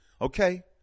Okay